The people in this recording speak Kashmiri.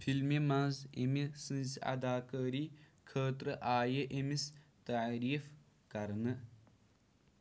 فِلمہِ منٛز أمہِ سٕنٛزِ اداکٲری خٲطرٕ آیہِ أمِس تعٲریٖف کرنہٕ